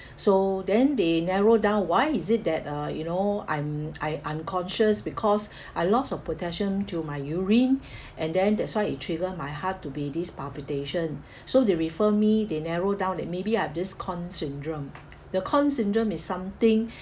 so then they narrow down why is it that uh you know I'm I unconscious because I've lots of potassium to my urine and then that's why it trigger my heart to be this palpitation so they refer me they narrow down that maybe I've this conn's syndrome the conn's syndrome is something